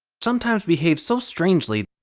sometimes behave so strangely.